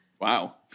Wow